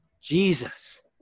Jesus